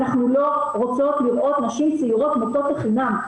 אנחנו לא רוצות לראות נשים צעירות מתות לחינם,